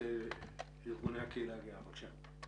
זה גם נתמך בסדרה